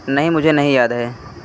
नहीं मुझे नहीं याद है